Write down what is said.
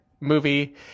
movie